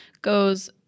goes